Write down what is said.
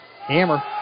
Hammer